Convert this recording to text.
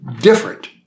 different